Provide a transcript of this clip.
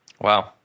Wow